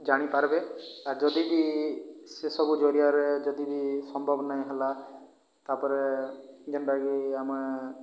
ଜାଣିପାରିବେ ଆର୍ ଯଦି ବି ସେସବୁ ଜରିଆରେ ଯଦି ବି ସମ୍ଭବ ନାହିଁ ହେଲା ତା'ପରେ ଯେଉଁଟାକି ଆମେ